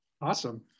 awesome